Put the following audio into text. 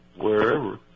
wherever